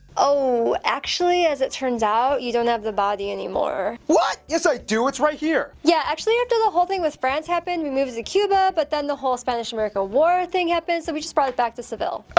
oh, actually, as it turns out, you don't have the body anymore. what? yes i do it's right here! yeah actually, after the whole thing with france happened, we moved it to cuba, but then the whole spanish-american war thing happened, so we just brought it back to seville. ah,